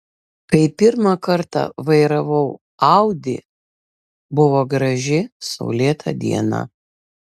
kai pirmą kartą vairavau audi buvo graži saulėta diena